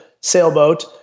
sailboat